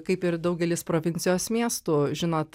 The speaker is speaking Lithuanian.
kaip ir daugelis provincijos miestų žinot